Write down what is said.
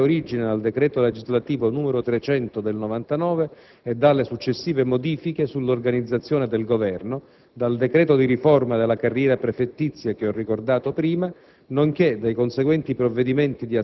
processo che, come noto, trae origine dal decreto legislativo n. 300 del 1999 e dalle successive modifiche sull'organizzazione di Governo, dal citato decreto di riforma della carriera prefettizia, che ho ricordato prima,